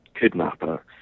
kidnapper